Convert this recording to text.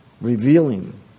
revealing